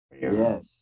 Yes